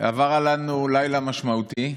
עבר עלינו לילה משמעותי.